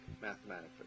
mathematically